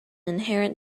inherent